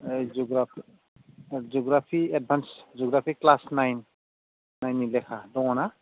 ए geography geography advance geography class nine नाइननि लेखा दङ ना